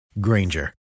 Granger